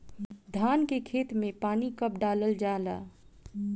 धान के खेत मे पानी कब डालल जा ला?